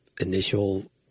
initial